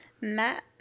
Matt